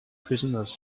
prisoners